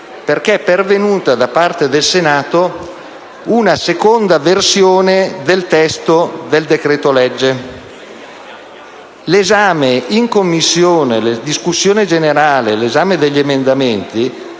perché è pervenuta da parte del Senato una seconda versione del testo. L'esame in Commissione, la discussione generale e l'esame degli emendamenti